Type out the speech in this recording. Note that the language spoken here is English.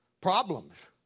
problems